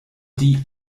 die